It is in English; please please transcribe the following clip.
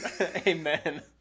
Amen